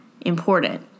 important